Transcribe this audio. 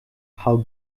how